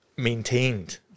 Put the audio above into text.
maintained